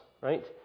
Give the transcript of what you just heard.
right